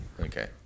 Okay